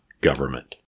government